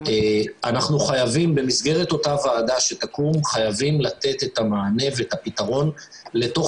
אנחנו חייבים במסגרת אותה ועדה שתקום לתת את המענה ואת הפתרון לתוך